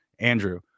Andrew